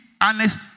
honest